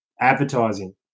advertising